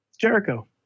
Jericho